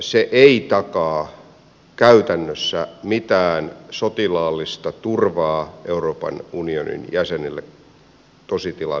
se ei takaa käytännössä mitään sotilaallista turvaa euroopan unionin jäsenille tositilanteen kyseessä ollen